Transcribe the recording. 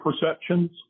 perceptions